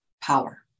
power